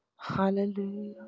Hallelujah